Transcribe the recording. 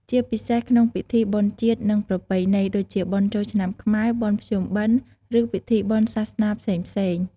ជាពិសេសក្នុង ពិធីបុណ្យជាតិ និងប្រពៃណី ដូចជា បុណ្យចូលឆ្នាំខ្មែរ បុណ្យភ្ជុំបិណ្ឌ ឬពិធីបុណ្យសាសនាផ្សេងៗ។